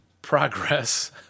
Progress